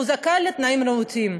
והוא זכאי לתנאים נאותים.